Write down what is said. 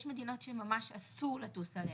יש מדינות שממש אסור לטוס אליהן.